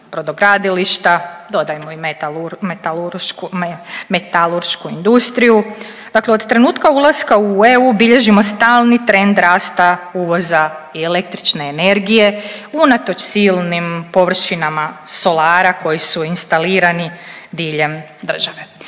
brodogradilišta, dodajmo i metaluršku industriju, dakle od trenutka ulaska u EU bilježimo stalni trend rasta uvoza i električne energije, unatoč silnim površinama solara koji su instalirani diljem države.